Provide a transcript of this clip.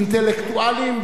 אינטלקטואלים,